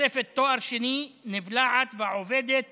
תוספת תואר שני נבלעת והעובדת